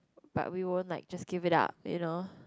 but we won't like just give it up you know